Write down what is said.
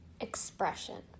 Expression